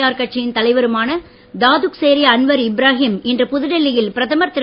R கட்சியின் தலைவருமான Datuk Seri Anwar Ibrahim இன்று புதுடெல்லியில் பிரதமர் திரு